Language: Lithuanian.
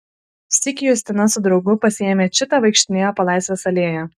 sykį justina su draugu pasiėmę čitą vaikštinėjo po laisvės alėją